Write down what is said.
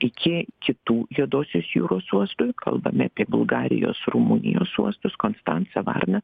iki kitų juodosios jūros uostų kalbame apie bulgarijos rumunijos uostus konstanca varna